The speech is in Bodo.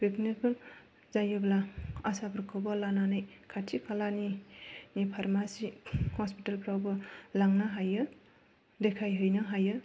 प्रेगनेन्टफोर जायोब्ला आसाफोरखौबो लानानै खाथि खालानि फारमासि हस्पिटालफ्रावबो लांनो हायो देखायहैनो हायो